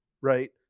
right